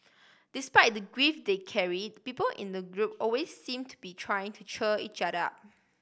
despite the grief they carried people in the group always seem to be trying to cheer each other up